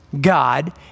God